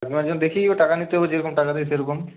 আমার জন্য দেখি ও টাকা নিতে হবে যেরকম টাকা দেবে সেরকম